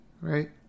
right